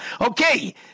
Okay